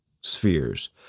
spheres